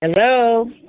Hello